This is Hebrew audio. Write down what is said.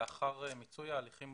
לאחר מיצוי ההליכים,